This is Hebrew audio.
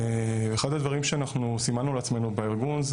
ואחד הדברים שאנחנו סימנו לעצמנו בארגון,